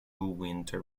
winter